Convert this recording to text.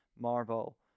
Marvel